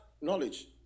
knowledge